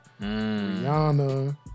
Rihanna